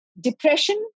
Depression